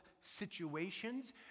situations